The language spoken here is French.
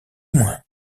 moins